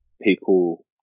people